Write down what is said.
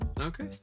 okay